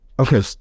Okay